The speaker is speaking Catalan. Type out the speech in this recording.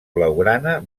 blaugrana